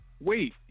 Wait